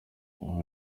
aho